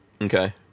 Okay